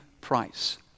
price